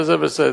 וזה בסדר.